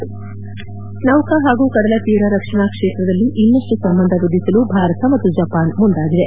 head ನೌಕಾ ಹಾಗೂ ಕಡಲ ತೀರ ರಕ್ಷಣಾ ಕ್ಷೇತ್ರದಲ್ಲಿ ಇನ್ನಷ್ಟು ಸಂಬಂಧ ವೃದ್ಧಿಸಲು ಭಾರತ ಮತ್ತು ಜಪಾನ್ ಮುಂದಾಗಿದೆ